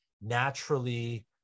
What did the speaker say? naturally